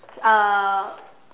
uh